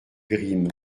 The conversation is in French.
grimm